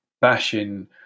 bashing